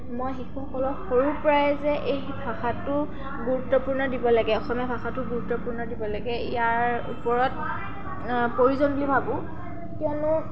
মই শিশুসকলক সৰুৰ পৰাই যে এই ভাষাটো গুৰুত্বপূৰ্ণ দিব লাগে অসমীয়া ভাষাটো গুৰুত্বপূৰ্ণ দিব লাগে ইয়াৰ ওপৰত প্ৰয়োজন বুলি ভাবোঁ কিয়নো